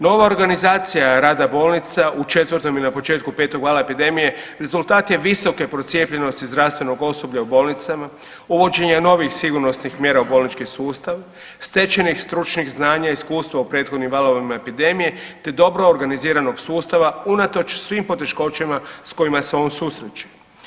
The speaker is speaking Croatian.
Nova organizacija rada bolnica u 4. i na početku 5. vala epidemije rezultat je visoke procijepljenosti zdravstvenog osoblja u bolnicama, uvođenja novih sigurnosnih mjera u bolnički sustav, stečenih stručnih znanja i iskustva u prethodnim valovima epidemije te dobro organiziranog sustava unatoč svim poteškoćama s kojima se on susreće.